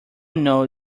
know